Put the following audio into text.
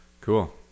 Cool